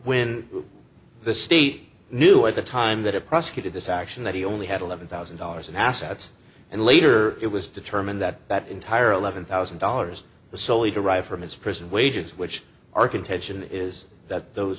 when the state knew at the time that it prosecuted this action that he only had eleven thousand dollars in assets and later it was determined that that entire eleven thousand dollars was soley derived from his prison wages which our contention is that those